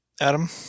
Adam